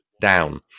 down